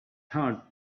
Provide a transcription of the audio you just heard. heart